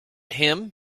him